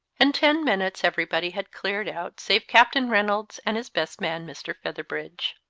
in ten minutes everybody had cleared out, save captain reynolds and his best man mr. feather bridge.